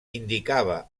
indicava